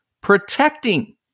protecting